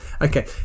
Okay